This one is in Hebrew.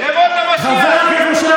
חבר הכנסת משה